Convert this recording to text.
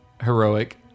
Heroic